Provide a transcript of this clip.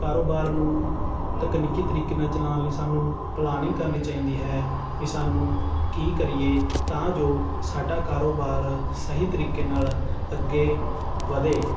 ਕਾਰੋਬਾਰ ਨੂੰ ਤਕਨੀਕੀ ਤਰੀਕੇ ਨਾਲ ਚਲਾਉਣ ਲਈ ਸਾਨੂੰ ਪਲਾਨਿੰਗ ਕਰਨੀ ਚਾਹੀਦੀ ਹੈ ਵੀ ਸਾਨੂੰ ਕੀ ਕਰੀਏ ਤਾਂ ਜੋ ਸਾਡਾ ਕਾਰੋਬਾਰ ਸਹੀ ਤਰੀਕੇ ਨਾਲ ਅੱਗੇ ਵਧੇ